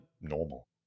normal